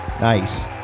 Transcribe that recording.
Nice